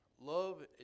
Love